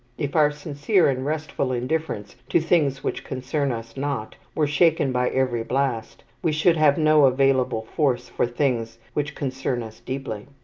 if our sincere and restful indifference to things which concern us not were shaken by every blast, we should have no available force for things which concern us deeply.